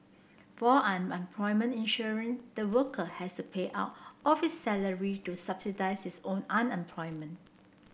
for unemployment insurance the worker has to pay out of his salary to subsidise his own unemployment